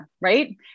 Right